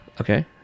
okay